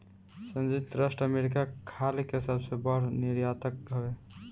संयुक्त राज्य अमेरिका खाल के सबसे बड़ निर्यातक हवे